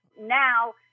Now